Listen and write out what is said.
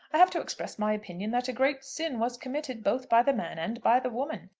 i have to express my opinion that a great sin was committed both by the man and by the woman.